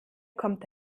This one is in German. kommt